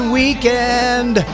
weekend